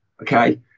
okay